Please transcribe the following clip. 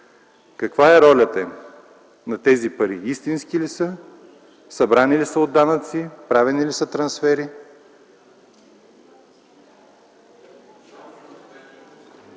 Какво е ролята на тези пари? Истински ли са? Събрани ли са от данъци? Правени ли са трансфери?